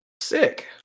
Sick